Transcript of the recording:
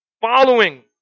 following